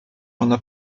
ona